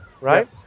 right